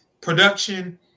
production